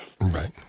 Right